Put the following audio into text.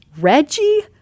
Reggie